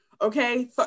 okay